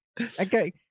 Okay